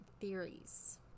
theories